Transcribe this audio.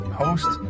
host